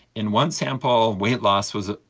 in one sample, weight loss was